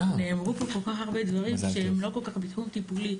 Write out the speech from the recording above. נאמרו פה כל כך הרבה דברים שהם לא כל כך בתחום טיפולי.